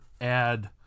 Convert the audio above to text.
add